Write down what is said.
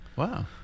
Wow